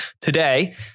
today